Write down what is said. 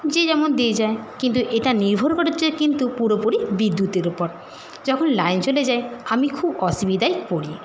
যে যেমন দিয়ে যায় কিন্তু এটা নির্ভর করে হচ্ছে কিন্তু পুরোপুরি বিদ্যুতের উপর যখন লাইন চলে যায় আমি খুব অসুবিধায় পড়ি